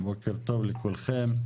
בוקר טוב לכולכם.